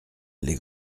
les